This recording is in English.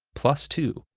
plus two,